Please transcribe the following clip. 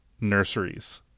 nurseries